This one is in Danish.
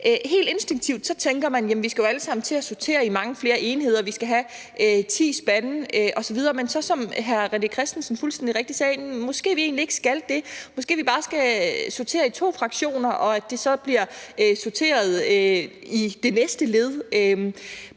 Helt instinktivt tænker man, at vi jo alle sammen skal til at sortere i mange flere enheder, vi skal have ti spande osv., men som hr. René Christensen fuldstændig rigtigt sagde: Måske skal vi egentlig ikke det; måske vi bare skal sortere i to fraktioner, og det så bliver sorteret i det næste led.